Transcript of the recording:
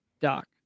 Doc